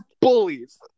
bullies